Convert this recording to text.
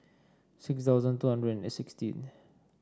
six thousand two hundred and sixteen